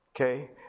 Okay